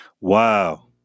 wow